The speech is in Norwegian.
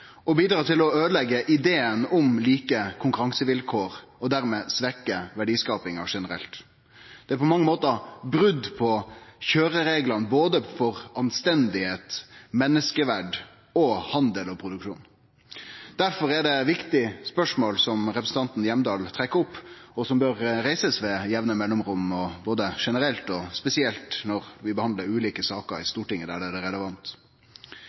og heim for folk, og vidare til å øydeleggje ideen om like konkurransevilkår og dermed svekkje verdiskapinga generelt. Det er på mange måtar brot på køyrereglane for anstendigheit, menneskeverd og handel og produksjon. Difor er det eit viktig spørsmål som representanten Hjemdal har tatt opp, og som bør reisast med jamne mellomrom generelt, og spesielt når vi behandlar ulike sakar i Stortinget der det er relevant.